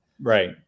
right